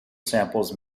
samples